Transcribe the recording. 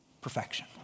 perfection